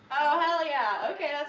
oh, hell, yeah! okay, that's